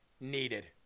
needed